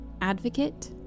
advocate